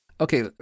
Okay